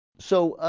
so ah.